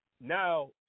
now